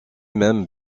même